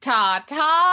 Tata